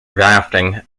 rafting